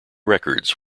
records